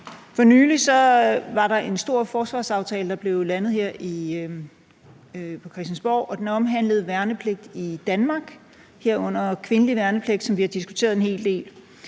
For nylig blev der landet en stor forsvarsaftale her på Christiansborg, og den omhandlede værnepligt i Danmark, herunder kvindelig værnepligt, som vi har diskuteret en hel del.